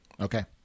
Okay